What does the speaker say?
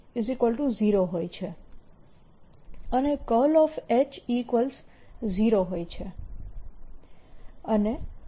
B0 હોય છે અને H0 હોય છે